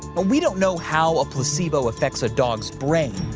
but we don't know how a placebo effects a dog's brain.